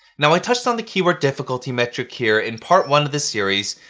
now, i touched on the keyword difficulty metric here in part one of this series,